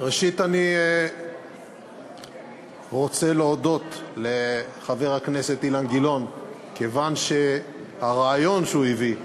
ראשית אני רוצה להודות לחבר הכנסת אילן גילאון כיוון שהרעיון שהוא הביא,